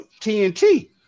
TNT